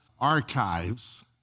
archives